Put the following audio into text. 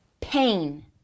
pain